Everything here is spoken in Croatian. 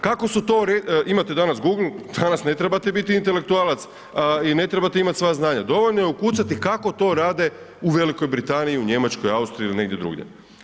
Kako su to, imate danas google, danas ne trebate biti intelektualac i ne trebate imati sva znanja, dovoljno je ukucati kako to rade u Velikoj Britaniji, u Njemačkoj, Austriji ili negdje drugdje.